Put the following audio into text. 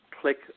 click